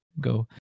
Go